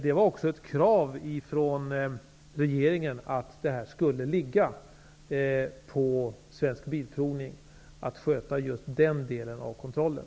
Det var också ett krav från regeringen att Svensk Bilprovning skulle sköta just den delen av kontrollen.